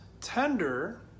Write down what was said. tender